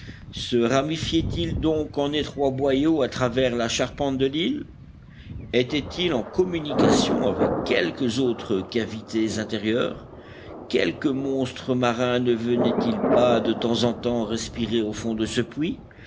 se ramifiait il donc en étroits boyaux à travers la charpente de l'île était-il en communication avec quelques autres cavités intérieures quelque monstre marin ne venait-il pas de temps en temps respirer au fond de ce puits